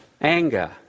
anger